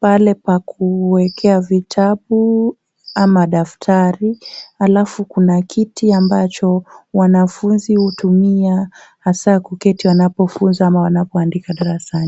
pale pa kuwekea vitabu ama daftari, halafu kuna kiti ambacho wanafunzi hutumia hasa kuketi wanapofunzwa ama wanapoandika darasani.